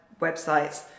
websites